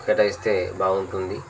కేటాయిస్తే బాగుంటుంది